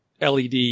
LED